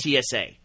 TSA